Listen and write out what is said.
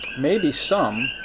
maybe some.